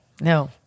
No